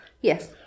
Yes